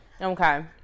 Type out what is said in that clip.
Okay